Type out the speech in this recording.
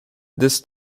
this